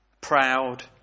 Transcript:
proud